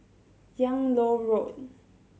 Yung Loh Road